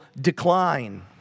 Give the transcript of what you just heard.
decline